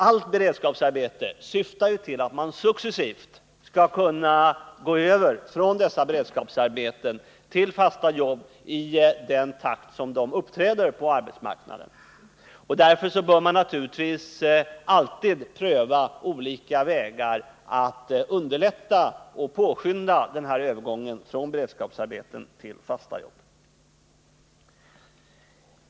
Allt beredskapsarbete syftar ju till att man successivt skall kunna gå över till fasta jobb i den takt sådana står till buds på arbetsmarknaden. Därför bör man naturligtvis alltid pröva olika vägar för att underlätta och påskynda övergången från beredskapsarbeten till fasta jobb.